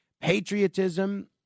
patriotism